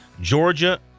Georgia